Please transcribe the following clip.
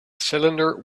cylinder